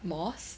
moss